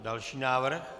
Další návrh.